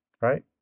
right